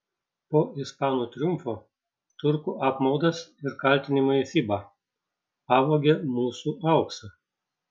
po ispanų triumfo turkų apmaudas ir kaltinimai fiba pavogė mūsų auksą